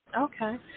Okay